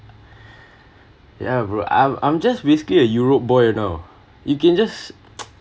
ya bro I’m I'm just basically a europe boy you know you can just